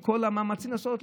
בכל המאמצים לעשות,